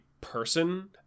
person